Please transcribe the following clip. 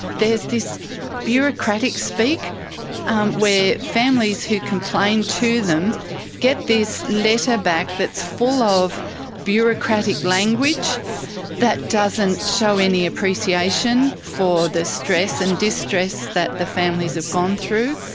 there's this bureaucratic speak where families who complain to them get this letter back that's full of bureaucratic language that doesn't show any appreciation for the stress and distress that the families have gone through.